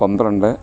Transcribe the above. പന്ത്രണ്ട്